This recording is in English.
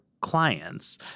clients